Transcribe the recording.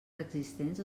existents